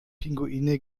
pinguine